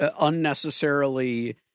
unnecessarily